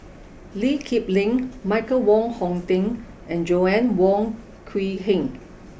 Lee Kip Lin Michael Wong Hong Teng and Joanna Wong Quee Heng